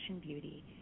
beauty